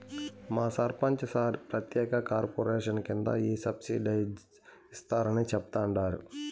మా సర్పంచ్ సార్ ప్రత్యేక కార్పొరేషన్ కింద ఈ సబ్సిడైజ్డ్ ఇస్తారని చెప్తండారు